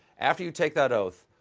after you take that oath,